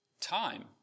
Time